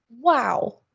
wow